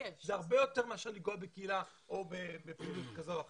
זה הרבה יותר מאשר לגעת בקהילה או בפעילות כזו או אחרת.